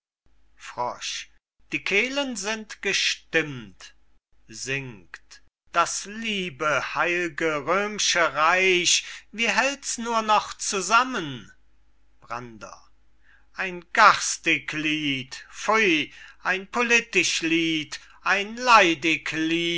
die kehlen sind gestimmt singt das liebe heil'ge röm'sche reich wie hält's nur noch zusammen brander ein garstig lied pfuy ein politisch lied ein leidig